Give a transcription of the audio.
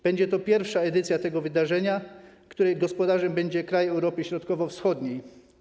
Będzie to pierwsza edycja tego wydarzenia, której gospodarzem będzie kraj Europy Środkowo-Wschodniej.